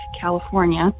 California